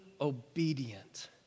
obedient